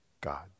God